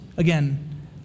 Again